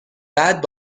بعد